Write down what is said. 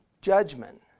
judgment